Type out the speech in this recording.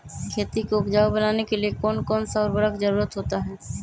खेती को उपजाऊ बनाने के लिए कौन कौन सा उर्वरक जरुरत होता हैं?